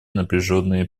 напряженные